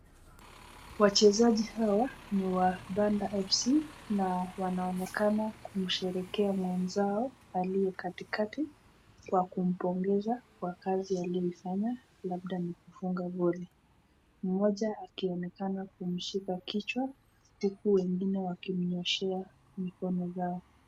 Wachezaji hawa ni wa Banda fc na wanaonekana kumsherekea mwenzao aliye katikati kwa kumpongeza kwa kazi aliyoifanya labda ni kufunga goli, mmoja akionekana kumshika kichwa huku wengine wakimnyoshea mikono zao.